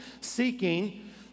Seeking